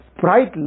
bright